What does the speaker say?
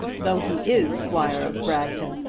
though he is squire of bragton.